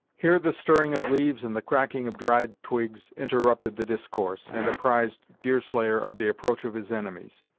here the stirring of leaves and the cracking of dried twigs interrupted the discourse, and apprised deerslayer of the approach of his enemies.